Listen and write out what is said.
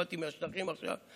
באתי מהשטחים עכשיו.